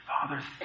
Father